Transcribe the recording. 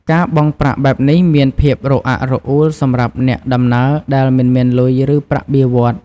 ការបង់ប្រាក់បែបនេះមានភាពរអាក់រអួលសម្រាប់អ្នកដំណើរដែលមិនមានលុយ ឬប្រាក់បៀវត្ស។